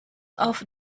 auf